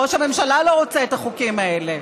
ראש הממשלה לא רוצה את החוקים האלה.